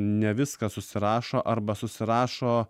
ne viską susirašo arba susirašo